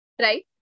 right